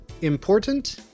important